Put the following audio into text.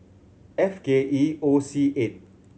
F K E O C eight